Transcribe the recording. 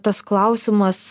tas klausimas